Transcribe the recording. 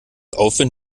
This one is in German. aufwind